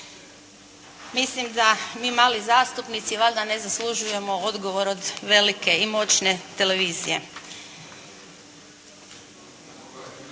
Mislim da mi mali zastupnici valjda ne zaslužujemo odgovor od velike i moćne televizije.